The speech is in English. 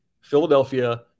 Philadelphia